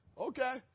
Okay